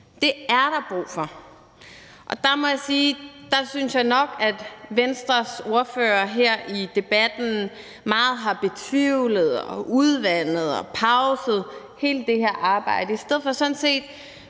Det er der brug for. Og der må jeg sige, at der synes jeg nok, at Venstres ordfører her i debatten meget har betvivlet og udvandet hele det her arbejde